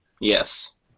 Yes